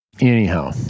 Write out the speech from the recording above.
Anyhow